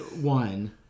one